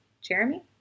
Jeremy